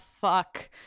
fuck